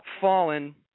fallen